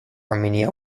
armenia